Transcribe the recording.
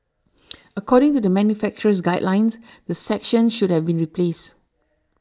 according to the manufacturer's guidelines the section should have been replaced